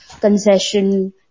concession